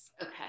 Okay